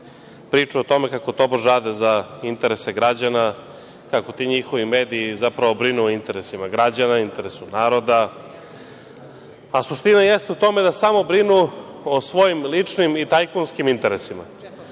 priču o tome, kako tobože rade za interese građana, kako ti mediji, zapravo brinu o interesima građana, interesu naroda, a suština jeste u tome da samo brinu o svojim ličnim i tajkunskim interesima.